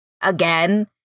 again